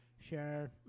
Share